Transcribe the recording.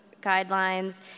guidelines